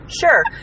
sure